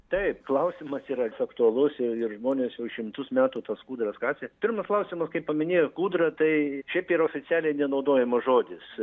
taip klausimas yra jis aktualus ir žmonės jau šimtus metų tas kūdros kasė pirmas klausimas kaip paminėjo kūdra tai šiaip yra oficialiai nenaudojamas žodis